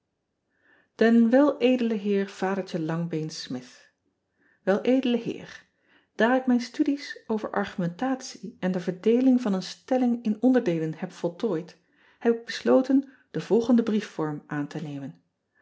en el d eer adertje angbeen mith el d eer aar ik mijn studies over argumentatie en de verdeeling van een stelling in onderdeelen heb voltooid heb ik besloten den volgenden briefvorm aan te nemen